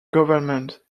government